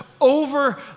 over